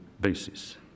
basis